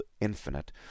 infinite